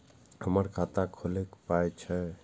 हमर खाता खौलैक पाय छै